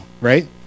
right